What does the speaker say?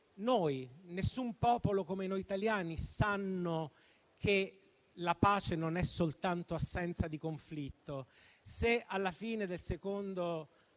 noi, nessun popolo come noi italiani sa che la pace non è soltanto assenza di conflitto. Se alla fine della Seconda